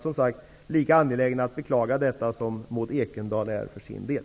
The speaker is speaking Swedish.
Jag är lika angelägen att beklaga detta som Maud Ekendahl.